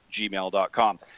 gmail.com